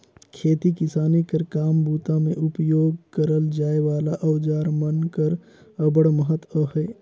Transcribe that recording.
खेती किसानी कर काम बूता मे उपियोग करल जाए वाला अउजार मन कर अब्बड़ महत अहे